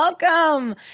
welcome